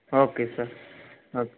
okay sir okay